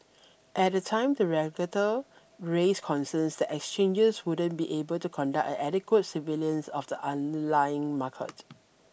at the time the regulator raised concerns that exchanges wouldn't be able to conduct an adequate surveillance of the unlying market